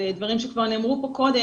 זה דברים שכבר נאמרו פה קודם.